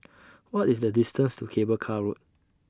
What IS The distance to Cable Car Road